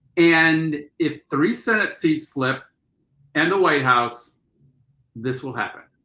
and if three senate seats flip and the white house this will happen.